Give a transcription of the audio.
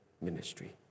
ministry